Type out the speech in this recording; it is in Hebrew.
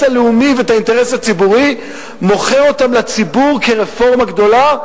הלאומי ואת האינטרס הציבורי מוכר לציבור כרפורמה גדולה,